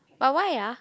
but why ah